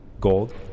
Gold